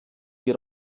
die